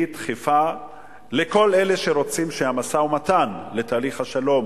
היא דחיפה לכל אלה שרוצים את המשא-ומתן לשלום